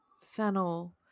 fennel